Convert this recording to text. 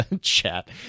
chat